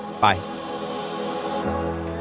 Bye